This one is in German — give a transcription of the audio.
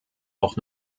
auch